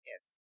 Yes